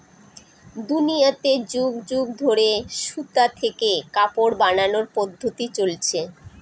দুনিয়াতে যুগ যুগ ধরে সুতা থেকে কাপড় বানানোর পদ্ধপ্তি চলছে